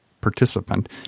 participant